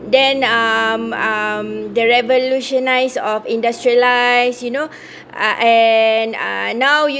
then um um the revolutionise of industrialise you know uh and uh now